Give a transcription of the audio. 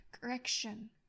correction